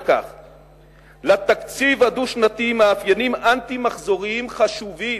לתקציב הדו-שנתי מאפיינים אנטי-מחזוריים חשובים,